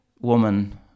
woman